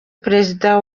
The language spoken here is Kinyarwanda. perezida